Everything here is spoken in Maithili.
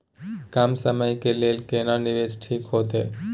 कम समय के लेल केना निवेश ठीक होते?